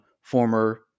former